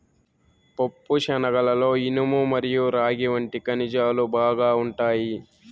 పప్పుశనగలలో ఇనుము మరియు రాగి వంటి ఖనిజాలు బాగా ఉంటాయి